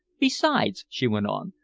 besides, she went on,